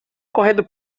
correndo